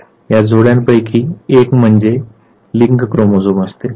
या जोड्यांपैकी एक म्हणजे लिंग क्रोमोझोम असते